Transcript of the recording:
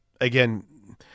again